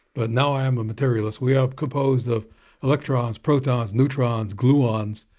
but now i am a materialist. we are composed of electrons, protons, neutrons, gluons,